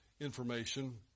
information